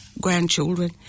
grandchildren